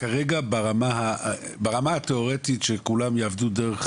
כרגע ברמה התיאורטית שכולם יעבדו דרך